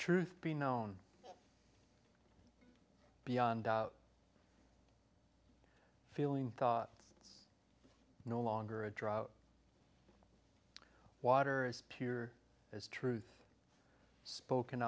truth be known beyond feeling thought no longer a drought water as pure as truth spoken